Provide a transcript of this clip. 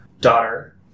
daughter